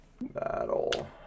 Battle